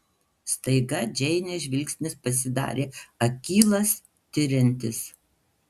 staiga džeinės žvilgsnis pasidarė akylas tiriantis